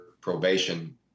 probation